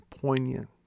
poignant